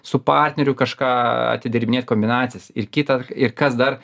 su partneriu kažką atidirbinėt kombinacijas ir kitą ir kas dar